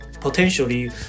Potentially